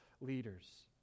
leaders